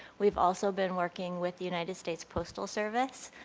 we've also been working with the united states postal service.